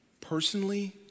Personally